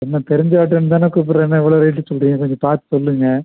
அண்ணா தெரிஞ்ச ஆட்டோன்னு தாண்ணா கூப்பிட்றேண்ணே இவ்வளோ ரேட்டு சொல்கிறீக கொஞ்சம் பார்த்து சொல்லுங்கள்